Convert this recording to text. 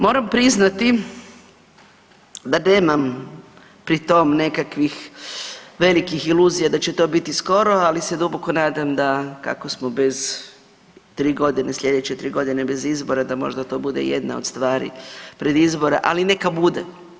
Moram priznati da nema pri tom nekakvih velikih iluzija da će to biti skoro, ali se duboko nadam da, kako smo bez tri godine, sljedeće 3 godine bez izbora, da možda to bude jedna od stvari pred izbore, ali neka bude.